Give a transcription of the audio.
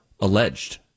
alleged